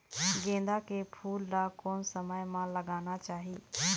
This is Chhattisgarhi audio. गेंदा के फूल ला कोन समय मा लगाना चाही?